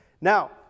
Now